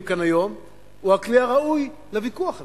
כאן היום הוא הכלי הראוי לוויכוח הזה.